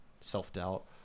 self-doubt